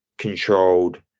controlled